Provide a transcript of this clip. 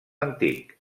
antic